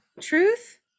truth